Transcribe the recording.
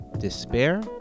despair